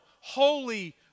holy